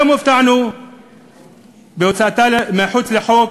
היום הופתענו מהוצאתה מחוץ לחוק,